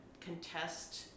contest